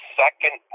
second